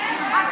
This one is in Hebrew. נורבגית,